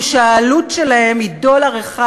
כשהעלות שלהן היא דולר אחד.